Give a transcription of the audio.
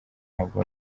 ntabwo